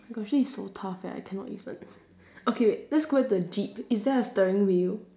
oh my gosh this is so tough eh I cannot even okay wait let's go back to the jeep is there a steering wheel